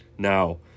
Now